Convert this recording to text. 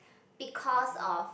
because of